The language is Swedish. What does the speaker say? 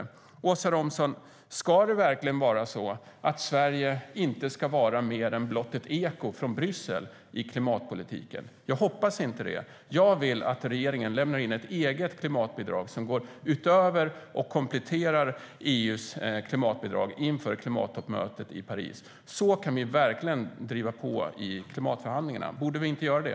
Åsa Romson, ska det verkligen vara så att Sverige inte ska vara mer än blott ett eko från Bryssel i klimatpolitiken? Jag hoppas inte det. Jag vill att regeringen lämnar in ett eget klimatbidrag som går utöver och kompletterar EU:s klimatbidrag inför klimattoppmötet i Paris. Så kan vi verkligen driva på i klimatförhandlingarna. Borde vi inte göra det?